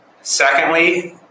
Secondly